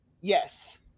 Yes